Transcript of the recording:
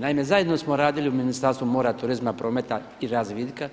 Naime, zajedno smo radili u Ministarstvu mora, turizma, prometa i razvitka,